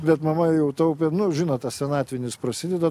bet mama jau taupė nu žinot tas senatvinis prasideda